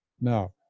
Now